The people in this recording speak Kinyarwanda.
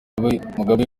mugabe